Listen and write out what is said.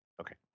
Okay